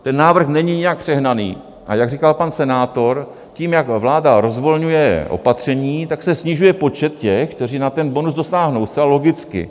Ten návrh není nijak přehnaný, a jak říkal pan senátor, tím, jak vláda rozvolňuje opatření, tak se snižuje počet těch, kteří na ten bonus dosáhnou, zcela logicky.